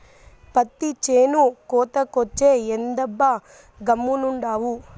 పత్తి చేను కోతకొచ్చే, ఏందబ్బా గమ్మునుండావు